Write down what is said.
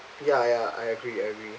ya ya I agree I agree